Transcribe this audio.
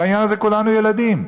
בעניין הזה כולנו ילדים.